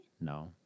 No